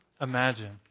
imagine